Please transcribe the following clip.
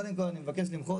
קודם כל אני מבקש למחות,